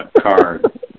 card